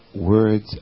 words